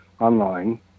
online